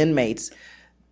inmates